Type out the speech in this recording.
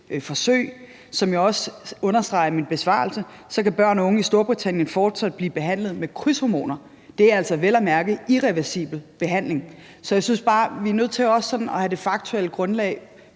forsøg. Som jeg også understreger i min besvarelse, kan børn og unge i Storbritannien fortsat blive behandlet med krydshormoner, og det er altså vel at mærke irreversibel behandling. Så jeg synes bare, at vi også er nødt til sådan at have det faktuelle grundlag